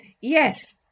Yes